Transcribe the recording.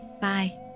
Bye